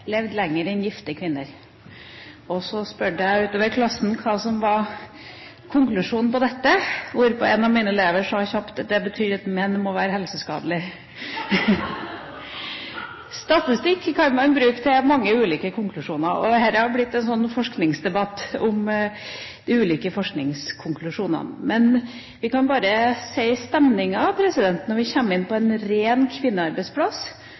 lever lenger enn gifte kvinner. Så spurte jeg klassen hva som var konklusjonen på dette, hvorpå en av mine elever kjapt sa: Det betyr at menn må være helseskadelige. Statistikk kan man bruke til mange ulike konklusjoner. Dette har blitt en forskningsdebatt om ulike forskningskonklusjoner. Men vi kan bare si at når det gjelder stemningen på en ren kvinnearbeidsplass,